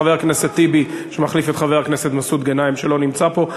חבר הכנסת טיבי שמחליף את חבר הכנסת מסעוד גנאים שלא נמצא פה.